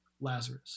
Lazarus